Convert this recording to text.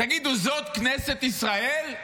תגידו, זאת כנסת ישראל?